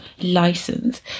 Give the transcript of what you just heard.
license